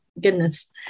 Goodness